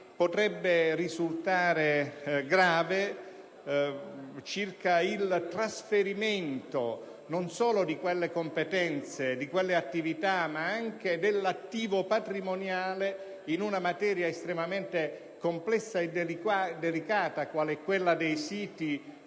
potrebbe risultare grave, circa il trasferimento non solo di quelle competenze e attività ma anche dell'attivo patrimoniale, in una materia estremamente complessa e delicata, quale quella dei siti